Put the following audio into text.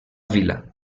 vila